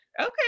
okay